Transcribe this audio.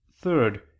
third